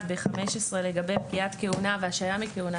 ב-15 לגבי פקיעת כהונה והשעיה מכהונה.